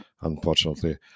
unfortunately